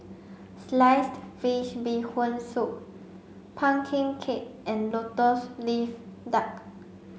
sliced fish bee hoon soup pumpkin cake and lotus leaf duck